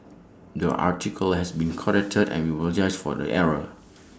the article has been corrected and we apologise for the error